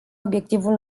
obiectivul